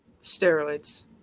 Steroids